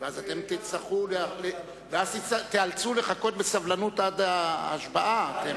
ואז תיאלצו לחכות בסבלנות עד להשבעה.